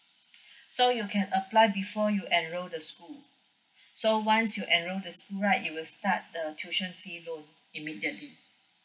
so you can apply before you enrol the school so once you enrol the school right it will start the tuition fee loan immediately